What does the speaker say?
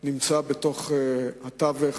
נמצא בטווח